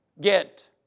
get